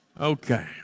Okay